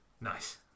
Nice